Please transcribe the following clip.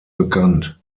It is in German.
bekannt